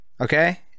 Okay